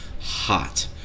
hot